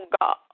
God